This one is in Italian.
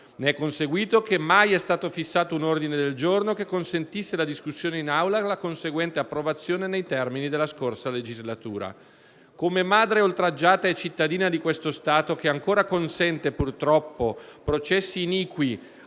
Ne è conseguito che mai è stato fissato un ordine del giorno che consentisse la discussione in Aula e la conseguente approvazione nei termini della scorsa legislatura. Come madre oltraggiata e cittadina di questo Stato che ancora consente, purtroppo, processi iniqui,